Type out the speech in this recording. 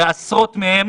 הרי עשרות מהם